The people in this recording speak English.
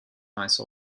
nice